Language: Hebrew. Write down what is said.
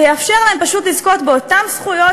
זה יאפשר להם פשוט לזכות באותן זכויות